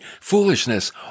foolishness